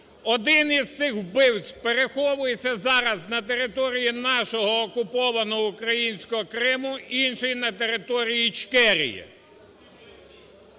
Один із цих вбивць переховується зараз на території нашого окупованого українського Криму, інший – на території Ічкерії.